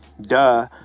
duh